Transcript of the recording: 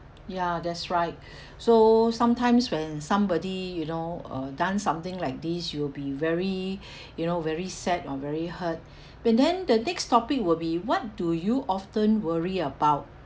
ya that's right so sometimes when somebody you know uh done something like this you will be very you know very sad or very hurt but then the next topic will be what do you often worry about